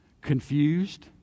confused